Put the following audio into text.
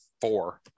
four